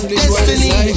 destiny